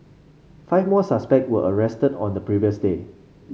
five more suspect were arrested on the previous day